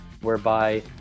whereby